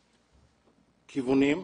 כיוונים,